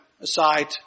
aside